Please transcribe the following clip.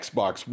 Xbox